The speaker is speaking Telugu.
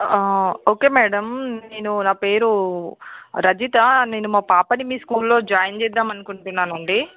ఓకే మేడం నేను నా పేరు రజిత నేను మా పాపని మీ స్కూల్లో జాయిన్ చేద్దాం అనుకుంటున్నానండి